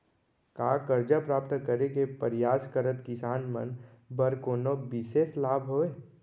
का करजा प्राप्त करे के परयास करत किसान मन बर कोनो बिशेष लाभ हवे?